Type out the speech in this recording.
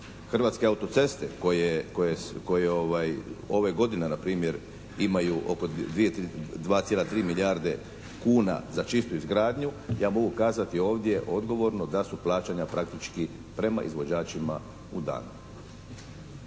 Hrvatske autoceste koje ove godine npr. imaju oko 2,3 milijarde kuna za čistu izgradnju ja mogu kazati ovdje odgovorno da su plaćanja praktički prema izvođačima u dan.